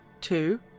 Two